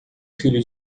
filho